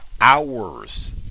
hours